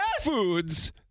foods